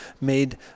made